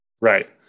right